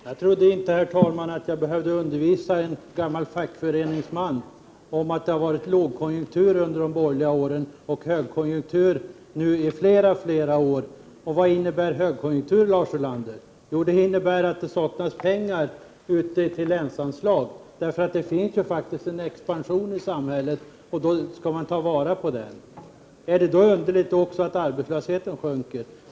Herr talman! Jag trodde inte att jag behövde undervisa en gammal fackföreningsman om att det var lågkonjunktur under de borgerliga åren och har varit högkonjunktur i flera år nu. Vad innebär högkonjunktur, Lars Ulander? Jo, det innebär att det saknas pengar till länsanslag. Det pågår en expansion i samhället, som bör tas till vara. Är det då underligt att arbetslösheten minskar?